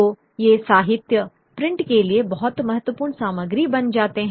तो ये साहित्य प्रिंट के लिए बहुत महत्वपूर्ण सामग्री बन जाते हैं